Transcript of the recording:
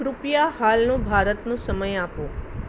કૃપયા હાલનો ભારતનો સમય આપો